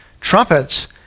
trumpets